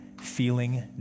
feeling